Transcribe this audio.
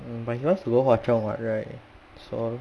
um but he wants to go hwa chong [what] right so